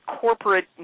corporate